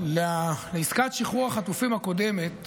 לעסקת שחרור החטופים הקודמת